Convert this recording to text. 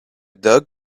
dog